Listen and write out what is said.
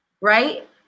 right